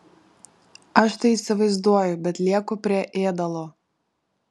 aš tai įsivaizduoju bet lieku prie ėdalo